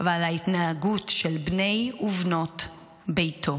ועל ההתנהגות של בני ובנות ביתו,